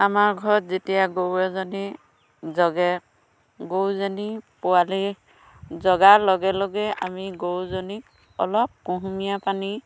আমাৰ ঘৰত যেতিয়া গৰু এজনী জগে গৰুজনী পোৱালি জগাৰ লগে লগে আমি গৰুজনীক অলপ কুহুমীয়া পানী